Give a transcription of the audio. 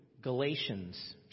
Galatians